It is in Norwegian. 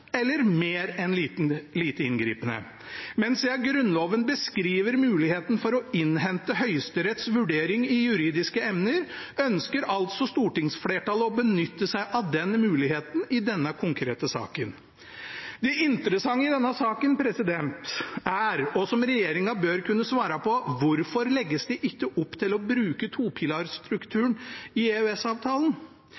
men siden Grunnloven beskriver muligheten for å innhente Høyesteretts vurdering i juridiske emner, ønsker altså stortingsflertallet å benytte seg av den muligheten i denne konkrete saken. Det interessante i denne saken, og som regjeringen bør kunne svare på, er: Hvorfor legges det ikke opp til å bruke